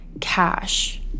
cash